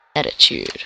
Attitude